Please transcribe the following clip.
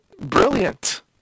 brilliant